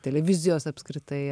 televizijos apskritai